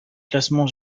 classement